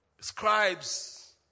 scribes